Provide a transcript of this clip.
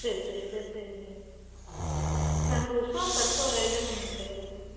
செரி செரி செரி சரிங்க நாங்கள் உஷா சன்ஃப்ளவர் ஆயில் தாங்க நாங்கள் செய்கிறேங்க